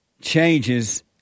changes